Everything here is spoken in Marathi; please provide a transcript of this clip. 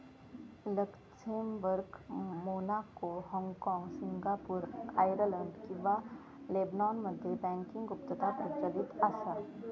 लक्झेंबर्ग, मोनाको, हाँगकाँग, सिंगापूर, आर्यलंड आणि लेबनॉनमध्ये बँकिंग गुप्तता प्रचलित असा